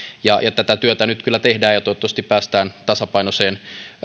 tätä työtä nyt kyllä tehdään ja toivottavasti päästään tasapainoiseen